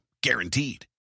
Guaranteed